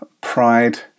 pride